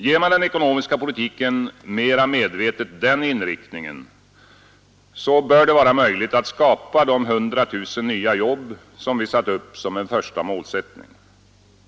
Ger man den ekonomiska politiken mera medvetet den inriktningen, bör det vara möjligt att skapa de 100 000 nya jobb som vi satt upp som en första målsättning.